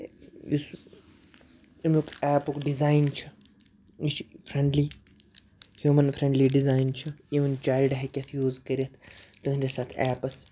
یُس اَمیُک ایپُک ڈِزایِن چھُ یہِ چھُ فرینڈلی ہوٗمَن فرینڈلی ڈِزایِن چھُ اِیوٕن چایِلٕڈ ہیٚکہِ اَتھ یوٗز کٔرِتھ تُہٕنٛدِس یَتھ ایٚپس